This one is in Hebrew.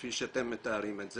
כפי שאתם מתארים את זה,